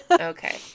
okay